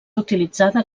utilitzada